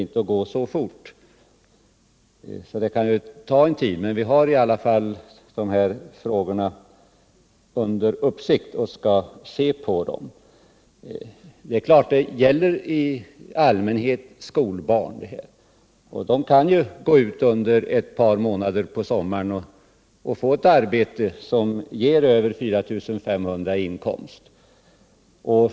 Det gör att det kan ta tid innan den lägger fram ct förslag. | Som jag nyss sade gäller den här frågan i allmänhet skolbarn. Det är klart att de efter ett par månaders sommararbete kan ha fått en sammanlagd inkomst på över 4 500 kr.